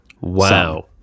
Wow